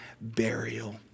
burial